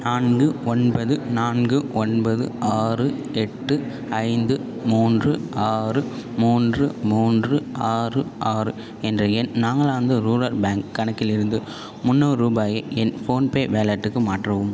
நான்கு ஒன்பது நான்கு ஒன்பது ஆறு எட்டு ஐந்து மூன்று ஆறு மூன்று மூன்று ஆறு ஆறு என்ற என் நாகாலாந்து ரூரல் பேங்க் கணக்கிலிருந்து முன்னூறு ரூபாயை என் ஃபோன்பே வேலெட்டுக்கு மாற்றவும்